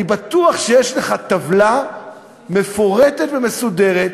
אני בטוח שיש לך טבלה מפורטת ומסודרת,